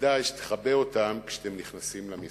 כדאי שתכבה אותם כשאתם נכנסים למשרדים?